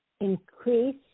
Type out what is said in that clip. increase